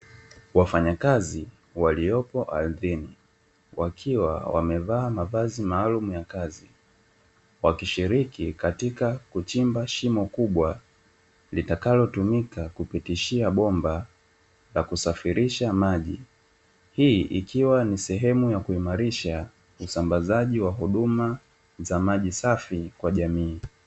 Wafanyakazi waliopo ardhini wakiwa wamevaa mavazi maalumu ya kazi, wakishiriki katika kuchimba shimo kubwa litakalotumika kupitishia bomba la kusafirisha maji. Hii ikiwa ni sehemu ya kuimarisha usambazaji wa huduma za maji safi kwa jamii.